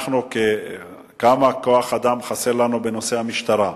כמה כוח-אדם חסר לנו בנושא במשטרה,